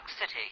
City